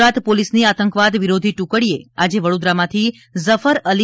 ગુજરાત પોલીસની આતંકવાદ વિરોધી ટુકડીએ આજે વડોદરામાંથી ઝફર અલી